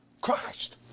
Christ